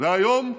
היום,